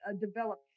develop